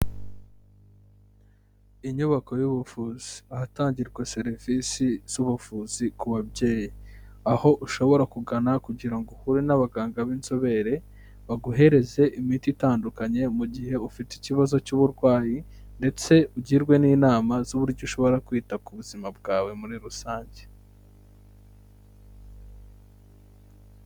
Inyubako y'ubuvuzi, ahatangirwa serivisi z'ubuvuzi ku babyeyi, aho ushobora kugana kugira ngo uhure n'abaganga b'inzobere baguhereze imiti itandukanye, mu gihe ufite ikibazo cy'uburwayi ndetse ugirwe n'inama z'uburyo ushobora kwita ku buzima bwawe muri rusange.